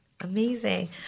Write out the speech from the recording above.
Amazing